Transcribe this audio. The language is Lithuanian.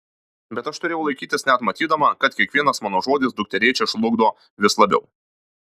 bet aš turėjau laikytis net matydama kad kiekvienas mano žodis dukterėčią žlugdo vis labiau